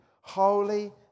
holy